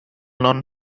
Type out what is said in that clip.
known